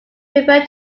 refer